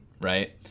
right